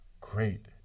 Great